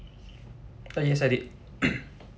uh yes I did